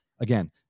Again